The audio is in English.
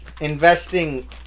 investing